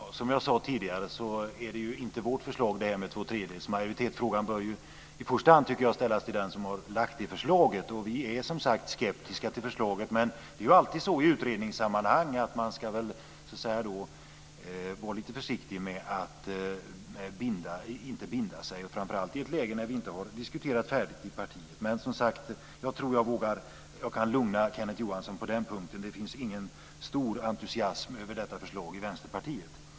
Fru talman! Som jag sade tidigare är tvåtredjedels majoritet inte vårt förslag. Jag tycker att frågan i första hand bör ställas till den som har lagt fram förslaget. Vi är som sagt skeptiska till det. Men det är alltid så i utredningssammanhang att man ska vara lite försiktig med att binda sig, framför allt i ett läge där vi inte har diskuterat färdigt i partiet. Men, som sagt, jag tror att jag kan lugna Kenneth Johansson på den punkten. Det finns ingen stor entusiasm över detta förslag i Vänsterpartiet.